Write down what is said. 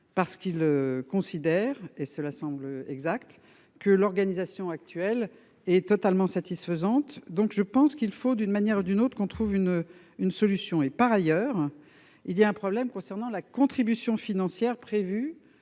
parce qu'il. Considère et cela semble exact que l'organisation actuelle est totalement satisfaisante. Donc je pense qu'il faut d'une manière d'une autre, qu'on trouve une une solution et par ailleurs il y a un problème concernant la contribution financière prévue